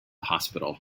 hospital